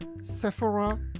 Sephora